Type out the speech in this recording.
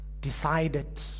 decided